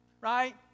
Right